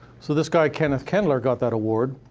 so this guy kenneth kendler got that award,